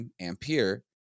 Ampere